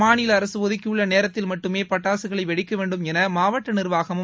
மாநில அரசு ஒதுக்கியுள்ள நேரத்தில் மட்டுமே பட்டாசுகளை வெடிக்க வேண்டும் என மாவட்ட நிர்வாகமும்